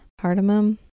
cardamom